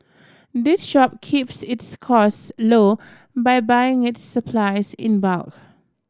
the shop keeps its costs low by buying its supplies in bulk